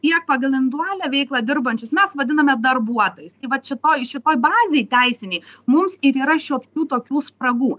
tiek pagal individualią veiklą dirbančius mes vadiname darbuotojais tai vat šitoj šitoj bazėj teisinėj mums ir yra šiokių tokių spragų